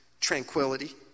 tranquility